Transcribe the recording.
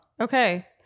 Okay